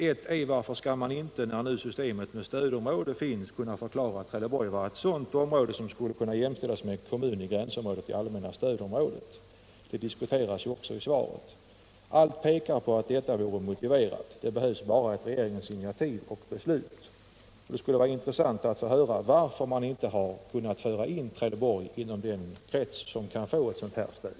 Varför skulle man t.ex. inte, när nu systemet med stödområde finns, kunna jämställa Trelleborg med kommun i gränsområdet till allmänna stödområdet? Det diskuteras också. Allt pekar på att detta vore motiverat. Det behövs bara ett regeringens initiativ och beslut. Det skulle vara intressant att få höra varför man inte har kunnat föra in Trelleborg inom den krets som kan få ett sådant här stöd.